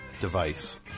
device